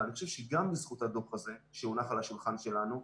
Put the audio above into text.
אני חושב שגם בזכות הדוח הזה שהונח על השולחן שלנו,